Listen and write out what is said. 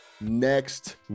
next